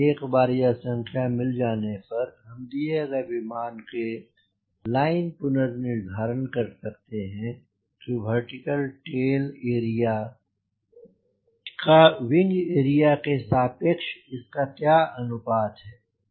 एक बार यह संख्या मिल जाने पर हम दिए गए विमान के लाइन पुनर्निर्धारण कर सकते हैं कि वर्टिकल टेल एरिया का विंग एरिया के सापेक्ष इसका क्या अनुपात है